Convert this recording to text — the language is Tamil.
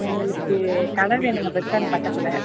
எங்களுக்கு கடை வேணுங்க பஸ் ஸ்டாண்ட் பக்கத்தில்